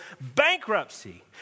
bankruptcy